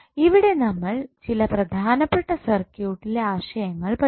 ഇവിടെ നമ്മൾ ചില പ്രധാനപ്പെട്ട സർക്യൂട്ടിലെ ആശയങ്ങൾ പഠിച്ചു